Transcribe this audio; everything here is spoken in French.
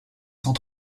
sans